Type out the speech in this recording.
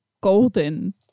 Golden